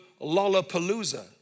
Lollapalooza